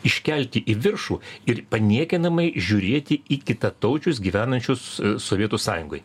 iškelti į viršų ir paniekinamai žiūrėti į kitataučius gyvenančius sovietų sąjungoj